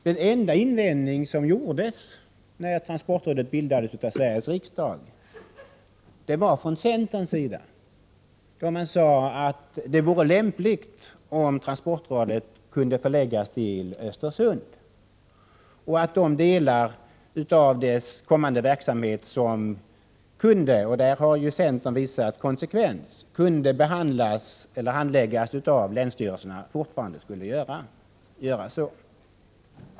Den enda invändning som gjordes när transportrådet bildades av Sveriges riksdag kom från centern, som sade att det vore lämpligt om transportrådet kunde förläggas till Östersund och att de delar av dess kommande verksamhet som kunde handläggas av länsstyrelserna fortfarande sköttes därifrån, och i det avseendet har ju centern visat konsekvens.